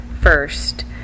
first